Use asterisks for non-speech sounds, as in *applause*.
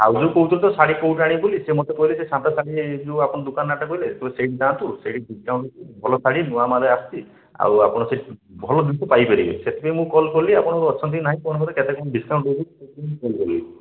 ଆଉ ଜଣେ କହୁଛନ୍ତି ତ ଶାଢ଼ୀ କେଉଁଠୁ ଆଣିବୁ ବୋଲି ସେ ମୋତେ କହିଲେ ଯେ *unintelligible* ଯେଉଁ ଆପଣ ଦୋକାନ ନାଁ ଟା କହିଲେ ତ ସେଇଟି ଯାଆନ୍ତୁ ସେଇଟି ଡିସକାଉଣ୍ଟ ଅଛି ଭଲ ଶାଢ଼ୀ ନୂଆ ମାଲ୍ ଆସିଛି ଆଉ ଆପଣ ସେଇଠି ଭଲ ଜିନିଷ ପାଇପାରିବେ ସେଥିପାଇଁ ମୁଁ କଲ୍ କଲି ଆପଣ ଅଛନ୍ତି କି ନାହିଁ *unintelligible* କେତେ କ'ଣ ଡିସକାଉଣ୍ଟ ଦେଉଛନ୍ତି *unintelligible* ମୁଁ କଲ୍ କଲି